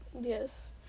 Yes